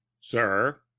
Sir